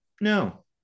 No